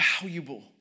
valuable